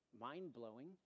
mind-blowing